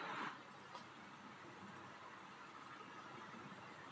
सांसद महोदय द्वारा नाली का काम शुरू करवाना सराहनीय है